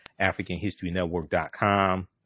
africanhistorynetwork.com